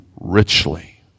richly